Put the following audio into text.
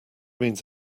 means